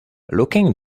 looking